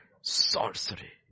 Sorcery